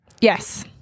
Yes